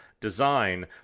design